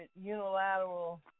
unilateral